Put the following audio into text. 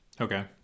Okay